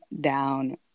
down